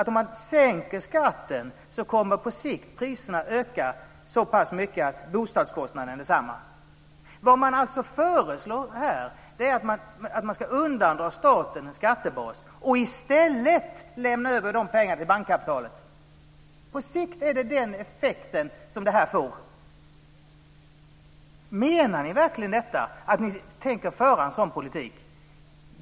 Om man sänker skatten kommer på sikt priserna att öka så pass mycket att bostadskostnaden blir densamma. Det man föreslår här är att man ska undandra staten skattebasen och i stället lämna över de pengarna till bankkapitalet. På sikt är det den effekten som det här får. Menar ni verkligen att ni tänker föra en sådan politik?